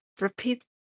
repeat